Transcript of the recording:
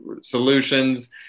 solutions